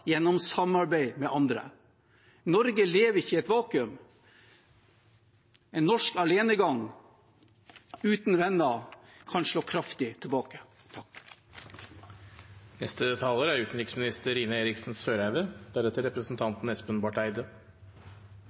gjennom samarbeid med andre. Norge lever ikke i et vakuum. En norsk alenegang uten venner kan slå kraftig tilbake.